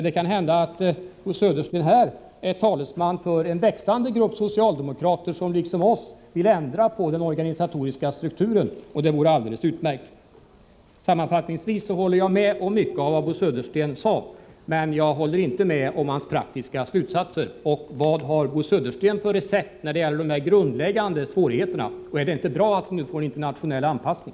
Det kan hända att Bo Södersten här är talesman för en växande grupp socialdemokrater som liksom vi vill ändra på den organisatoriska strukturen, och det vore alldeles utmärkt. Sammanfattningsvis håller jag med om mycket av vad Bo Södersten sade, men jag instämmer inte i hans praktiska slutsatser. Vad har Bo Södersten för recept när det gäller de grundläggande svårigheterna? Är det inte bra att vi nu får en internationell anpassning?